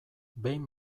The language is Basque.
behin